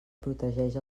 protegeix